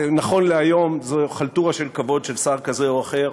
נכון להיום זו חלטורה של כבוד של שר כזה או אחר.